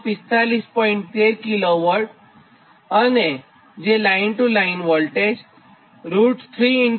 13 kV છેજે line to line ૩145